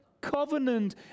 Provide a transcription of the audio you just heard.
covenant